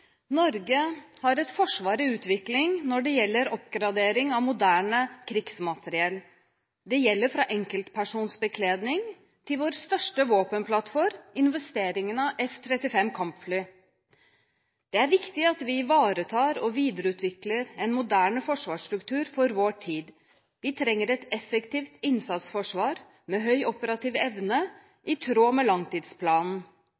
Norge har et forsvar i utvikling når det gjelder oppgradering av moderne krigsmateriell. Det gjelder fra enkeltpersonsbekledning til vår største våpenplattform, investeringene i F-35 kampfly. Det er viktig at vi ivaretar og videreutvikler en moderne forsvarsstruktur for vår tid. Vi trenger et effektivt innsatsforsvar med høy operativ